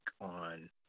on